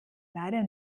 leider